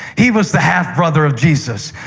he was the half-brother of jesus.